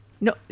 No